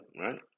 right